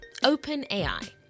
OpenAI